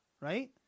right